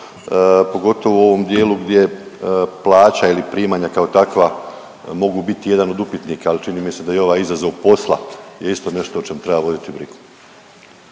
pogotovo u ovom dijelu gdje plaća ili primanja kao takva mogu biti jedan od upitnika, ali čini mi se da je i ovaj izazov posla je isto nešto o čemu treba voditi brigu.